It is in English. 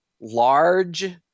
large